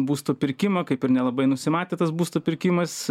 būsto pirkimą kaip ir nelabai nusimatė tas būsto pirkimas